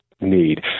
need